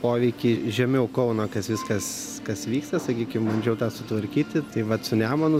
poveikį žemiau kauno kas viskas kas vyksta sakykim bandžiau tą sutvarkyti tai vat su nemunu